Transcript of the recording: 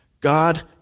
God